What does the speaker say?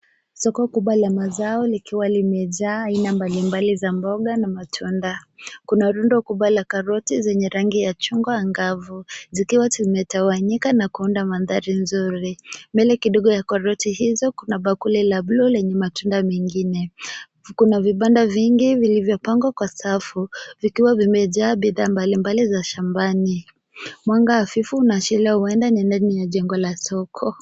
Soko kubwa la mazao likiwa limejaa aina mbalimbali za mboga na matunda. Kuna rundo kubwa la karoti zenye rangi ya chungwa angavu zikiwa zimetawanyika na kuunda mandhari nzuri. Mbele kidogo ya karoti hizo kuna bakuli la bluu lenye matunda mengine. Kuna vibanda vingi vilivyopangwa kwa safu vikiwa vimejaa bidhaa mbalimbali za shambani. Mwanga hafifu unaashiria huenda ni ndani ya jengo la soko.